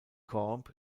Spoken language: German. camp